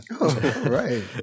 right